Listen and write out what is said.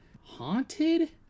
haunted